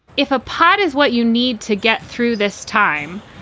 if a pot is what you need to get through this time,